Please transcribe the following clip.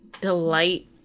delight